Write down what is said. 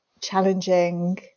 challenging